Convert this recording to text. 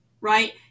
right